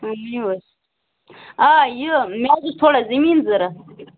آ ؤنِو حظ آ یہِ مےٚ حظ اوس تھوڑا زٔمیٖن ضروٗرت